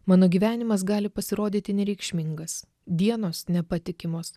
mano gyvenimas gali pasirodyti nereikšmingas dienos nepatikimos